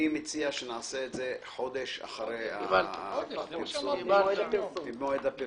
אני מציע שנעשה את זה חודש אחרי מועד הפרסום.